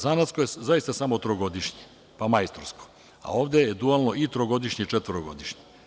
Zanatsko je zaista samo trogodišnje, pa majstorsko, a ovde je dualno i trogodišnje i četvorogodišnje.